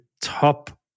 top